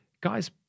guys